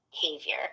behavior